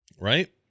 Right